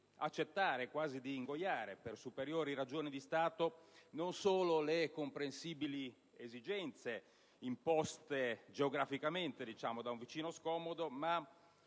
accettare, quasi di ingoiare, per superiori ragioni di Stato, non solo le comprensibili esigenze imposte geograficamente da un vicino scomodo, ma